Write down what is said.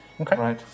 Okay